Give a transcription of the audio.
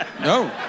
No